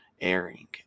airing